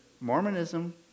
Mormonism